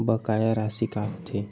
बकाया राशि का होथे?